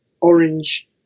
orange